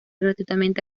gratuitamente